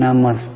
नमस्ते